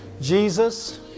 Jesus